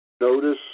Notice